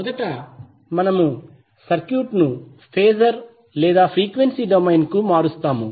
మొదట మనము సర్క్యూట్ను ఫేజర్ లేదా ఫ్రీక్వెన్సీ డొమైన్కు మారుస్తాము